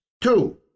two